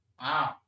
Wow